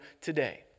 today